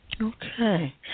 Okay